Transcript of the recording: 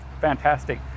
fantastic